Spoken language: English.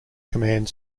command